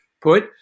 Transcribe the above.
put